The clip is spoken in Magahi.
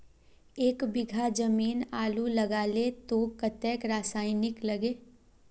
एक बीघा जमीन आलू लगाले तो कतेक रासायनिक लगे?